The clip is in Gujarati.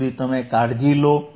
ત્યાં સુધી તમે કાળજી લો